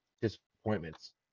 disappointments